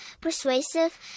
persuasive